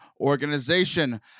organization